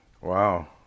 Wow